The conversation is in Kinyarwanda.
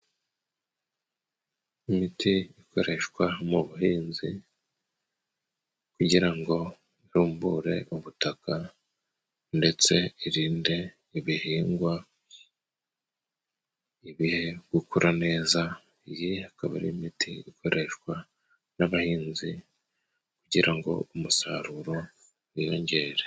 Imiti ikoreshwa mu buhinzi kugira ngo irumbure ubutaka. Ndetse irinde ibihingwa ibihe gukora neza, iyi akaba ari imiti ikoreshwa n'abahinzi kugira ngo umusaruro wiyongere.